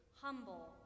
humble